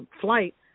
flight